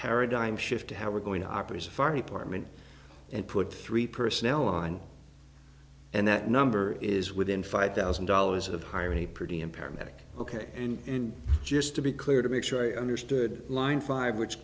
paradigm shift to how we're going to operate as far apartment and put three personnel on and that number is within five thousand dollars of hiring a pretty and paramedic ok and just to be clear to make sure i understood line five which